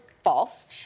False